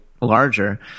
larger